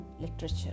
literature